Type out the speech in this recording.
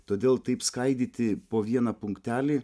todėl taip skaidyti po vieną punktelį